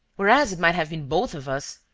whereas it might have been both of us.